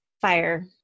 fire